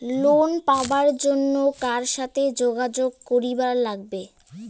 Loan পাবার জন্যে কার সাথে যোগাযোগ করিবার লাগবে?